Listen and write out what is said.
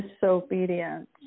disobedience